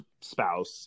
spouse